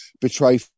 betray